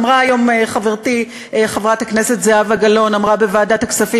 אמרה היום חברתי חברת הכנסת זהבה גלאון בוועדת הכספים,